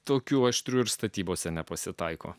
tokių aštrių ir statybose nepasitaiko